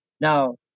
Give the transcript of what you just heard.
now